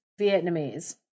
Vietnamese